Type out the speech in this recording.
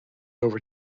over